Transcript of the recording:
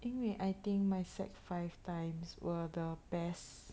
因为 I think my sec five times were the best